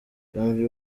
janvier